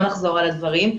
לא נחזור על הדברים,